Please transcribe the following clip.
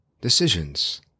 Decisions